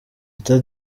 teta